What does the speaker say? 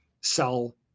sell